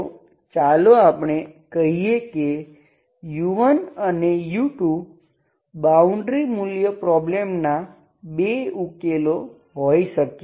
તો ચાલો આપણે કહીએ કે u1 અને u2 બાઉન્ડ્રી મૂલ્ય પ્રોબ્લેમના બે ઉકેલો હોઈ શકે